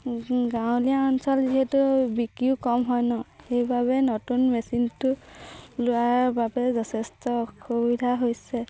গাঁৱলীয়া অঞ্চল যিহেতু বিক্ৰীও কম হয় ন সেইবাবে নতুন মেচিনটো লোৱাৰ বাবে যথেষ্ট অসুবিধা হৈছে